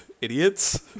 Idiots